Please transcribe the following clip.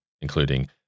including